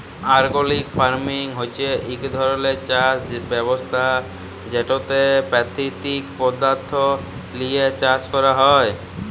organic farming হছে ইক ধরলের চাষ ব্যবস্থা যেটতে পাকিতিক পদাথ্থ লিঁয়ে চাষ ক্যরা হ্যয়